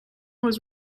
was